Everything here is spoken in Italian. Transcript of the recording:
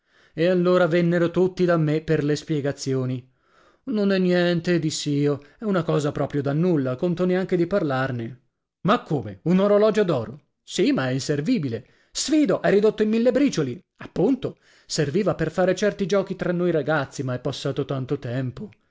e allora vennero tutti da me per le spiegazioni non è niente dissi io è una cosa proprio da nulla conto neanche di parlarne ma come un orologio d'oro sì ma è inservibile sfido è ridotto in mille bricioli appunto serviva per fare certi giochi tra noi ragazzi ma è passato tanto tempo